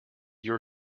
your